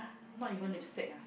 not even lipstick ah